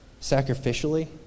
sacrificially